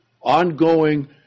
ongoing